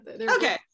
Okay